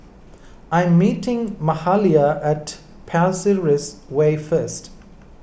I am meeting Mahalia at Pasir Ris Way first